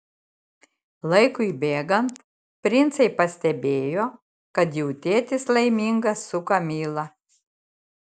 laikui bėgant princai pastebėjo kad jų tėtis laimingas su kamila